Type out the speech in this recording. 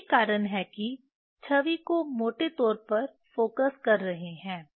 यही कारण है कि छवि को मोटे तौर पर फोकस कर रहे हैं